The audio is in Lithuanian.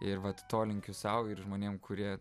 ir vat to linkiu sau ir žmonėm kurie